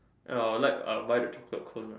I would like I would buy the chocolate cone one